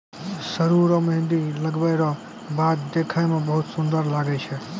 सरु रो मेंहदी लगबै रो बाद देखै मे बहुत सुन्दर लागै छै